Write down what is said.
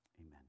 Amen